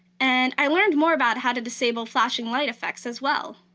and i learned more about how to disable flashing light effects as well.